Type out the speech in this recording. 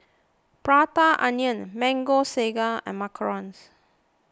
Prata Onion Mango Sago and Macarons